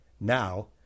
Now